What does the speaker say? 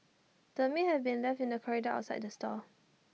the meat had been left in the corridor outside the stall